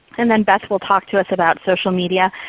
and then beth will talk to us about social media,